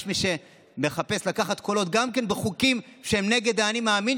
יש מי שמחפשים לקחת קולות גם בחוקים שהם נגד האני-מאמין